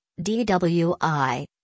DWI